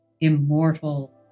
immortal